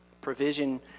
Provision